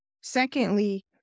Secondly